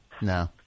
No